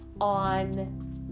on